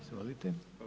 Izvolite.